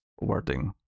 wording